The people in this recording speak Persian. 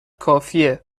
کافیه